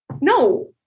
no